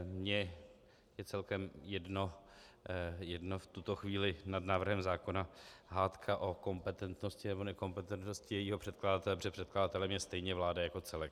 Mně je celkem jedno v tuto chvíli nad návrhem zákona hádka o kompetentnosti nebo nekompetentnosti jejího předkladatele, protože předkladatelem je stejně vláda jako celek.